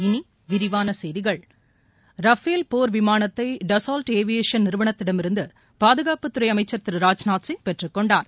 இனி விரிவான செய்திகள் ரஃபேல் போர் விமானத்தை டசால்ட் ஏவியேசன் நிறுவனத்திடமிருந்து பாதுகாப்புத் துறை அமைச்சர் திரு ராஜ்நாத்சிங் பெற்றுக்கொண்டார்